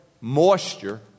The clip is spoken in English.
moisture